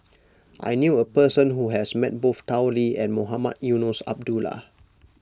I knew a person who has met both Tao Li and Mohamed Eunos Abdullah